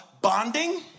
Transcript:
bonding